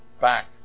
back